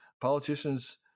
politicians